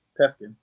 Peskin